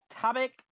topic